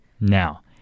Now